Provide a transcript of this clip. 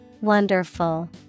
Wonderful